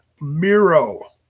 Miro